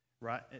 right